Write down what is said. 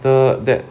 the that